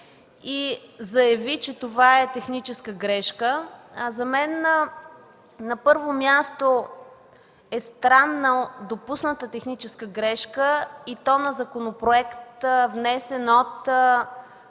и заяви, че това е техническа грешка. За мен, на първо място, е странно допусната техническа грешка, и то на законопроект, внесен от